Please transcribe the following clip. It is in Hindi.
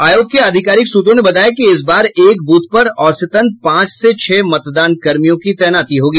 आयोग के अधिकारिक सूत्रों ने बताया कि इस बार एक ब्रथ पर औसतन पांच से छह मतदानकर्मियों की तैनाती होगी